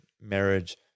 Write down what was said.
marriage